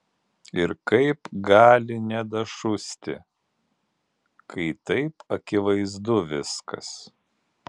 ir kaip gali nedašusti kai taip akivaizdu viskas